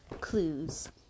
clues